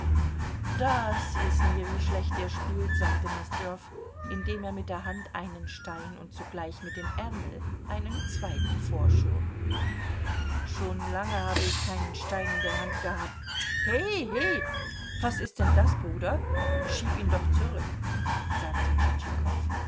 das wissen wir wie schlecht ihr spielt sagte nosdrjow indem er mit der hand einen stein und zugleich mit dem ärmel einen zweiten vorschob schon lange habe ich keinen stein in der hand gehabt he he was ist denn das bruder schieb ihn doch zurück sagte